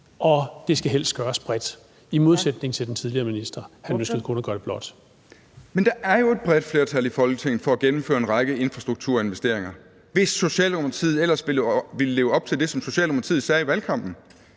Fjerde næstformand (Trine Torp): Tak. Ordføreren. Kl. 14:30 Ole Birk Olesen (LA): Men der er jo et bredt flertal i Folketinget for at gennemføre en række infrastrukturinvesteringer, hvis Socialdemokratiet ellers ville leve op til det, som Socialdemokratiet sagde i valgkampen.